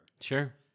Sure